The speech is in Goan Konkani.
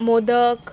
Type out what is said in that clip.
मोदक